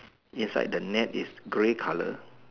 inside the net is grey colour